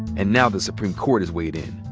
and now the supreme court has weighed in.